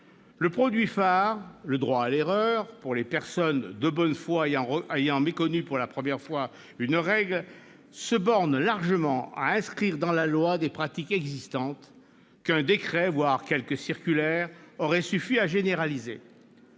Le produit phare, le droit à l'erreur pour les personnes de bonne foi ayant méconnu pour la première fois une règle, se borne largement à inscrire dans la loi des pratiques existantes qu'un décret, voire quelques circulaires, aurait suffi à généraliser.